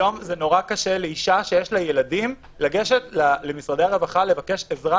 היום נורא קשה לאישה שיש לה ילדים לגשת למשרדי הרווחה לבקש עזרה,